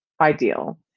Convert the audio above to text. ideal